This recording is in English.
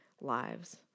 lives